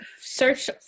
search